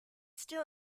still